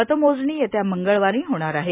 मतमोजणी येत्या मंगळवारी होणार आहे